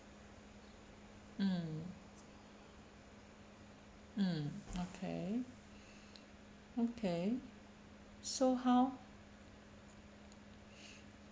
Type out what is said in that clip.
mm mm okay okay so how